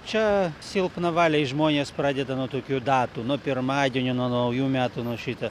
čia silpnavaliai žmonės pradeda nuo tokių datų nuo pirmadienio nuo naujų metų nu šita